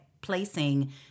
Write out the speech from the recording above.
placing